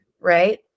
right